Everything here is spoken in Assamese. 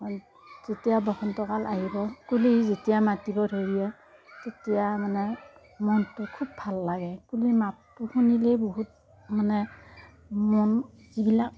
যেতিয়া বসন্ত কাল আহিব কুলিয়ে যেতিয়া মাতিব ধৰিব তেতিয়া মানে মনটো খুব ভাল লাগে কুলিৰ মাতটো শুনিলেই বহুত মানে মন যিবিলাক